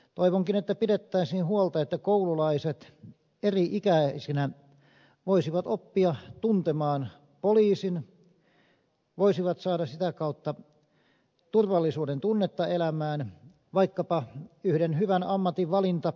toivonkin että pidettäisiin huolta että koululaiset eri ikäisinä voisivat oppia tuntemaan poliisin voisivat saada sitä kautta turvallisuuden tunnetta elämään vaikkapa yhden hyvän ammatinvalintamallinkin